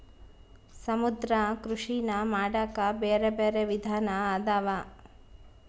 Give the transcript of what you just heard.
ಸಮುದ್ರ ಕೃಷಿನಾ ಮಾಡಾಕ ಬ್ಯಾರೆ ಬ್ಯಾರೆ ವಿಧಾನ ಅದಾವ